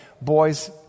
boys